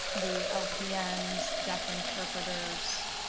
the lpn's, deaf interpreters,